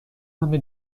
همه